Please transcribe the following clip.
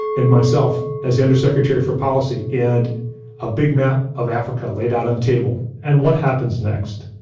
and myself as the undersecretary for policy and a big map of africa laid out on the table. and what happens next?